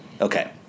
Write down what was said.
Okay